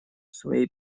своей